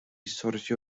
sortio